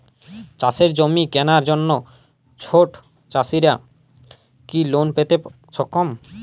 চাষের জমি কেনার জন্য ছোট চাষীরা কি লোন পেতে সক্ষম?